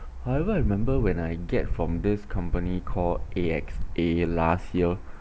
however I remember when I get from this company called A_X_A last year